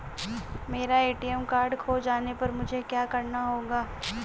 मेरा ATM card खो जाने पर मुझे क्या करना होगा?